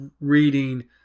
reading